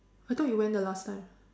I thought you went the last time